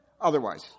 otherwise